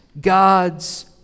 God's